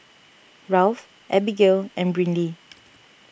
Ralph Abbigail and Brynlee